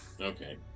Okay